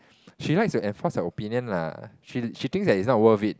she likes to enforce her opinion lah she she thinks that it's not worth it